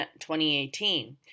2018